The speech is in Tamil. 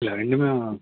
இல்லை ரெண்டுமே